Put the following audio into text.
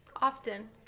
Often